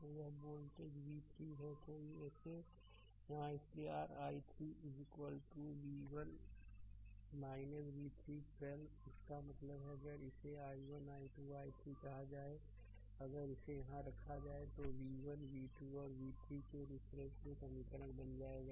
तो यह voltage v3 है तो इसे यहाँ इसलिए r i3 v1 v3 12 से इसका मतलब है अगर इसे i1 i 2 i3 कहा जाए अगर इसे यहाँ रखा जाए तो v1 v2 और v3 के रिफरेंस में समीकरण बन जाएगा